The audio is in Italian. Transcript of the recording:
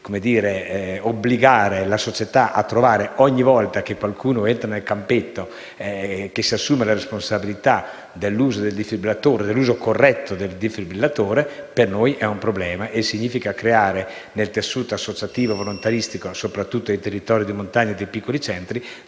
obbligare la società a trovare, ogni volta che qualcuno entra in un campetto, chi si assume la responsabilità dell'uso corretto del defibrillatore per noi è un problema e significa creare, nel tessuto associativo e volontaristico, soprattutto nei territori di montagna e nei piccoli centri,